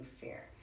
fear